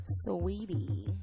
Sweetie